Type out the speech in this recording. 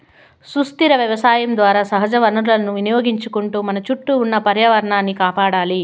సుస్థిర వ్యవసాయం ద్వారా సహజ వనరులను వినియోగించుకుంటూ మన చుట్టూ ఉన్న పర్యావరణాన్ని కాపాడాలి